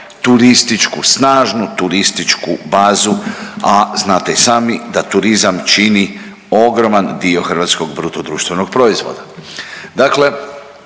turističku, snažnu turističku bazu, a znate i sami da turizam čini ogroman dio hrvatskog bruto društvenog proizvoda.